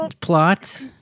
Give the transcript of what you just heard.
plot